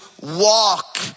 walk